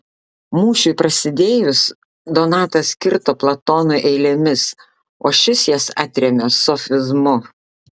mūšiui prasidėjus donatas kirto platonui eilėmis o šis jas atrėmė sofizmu